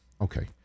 okay